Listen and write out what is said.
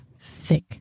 thick